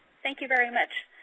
thank you very much.